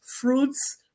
fruits